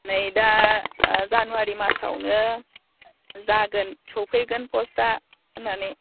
नै दा जानुवारि मासावनो जागोन सफैगोन पस्टआ होननानै